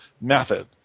method